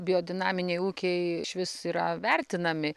biodinaminiai ūkiai išvis yra vertinami